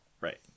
right